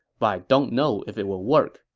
but i don't know if it'll work.